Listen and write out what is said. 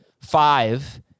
five